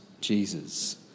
Jesus